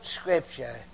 Scripture